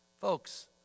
Folks